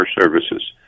services